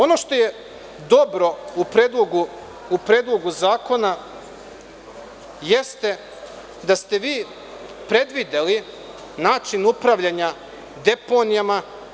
Ono što je dobro u predlogu zakona jeste da ste vi predvideli način upravljanja deponijama.